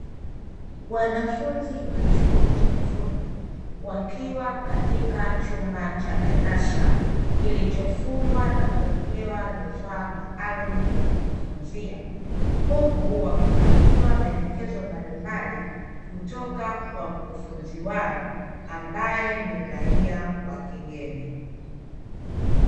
Wanafunzi wa chuo cha ufundi wakiwa katika chumba cha darasa kilichofungwa na kuwekewa vifaa maalumu vya kujifunzia, huku wakipatiwa maelekezo mbalimbali kutoka kwa mkufunzi wao ambaye ni raia wa kigeni.